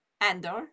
Andor